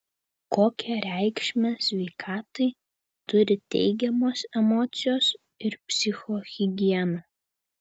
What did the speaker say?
kokią reikšmę sveikatai turi teigiamos emocijos ir psichohigiena